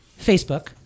Facebook